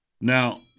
Now